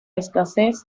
escasez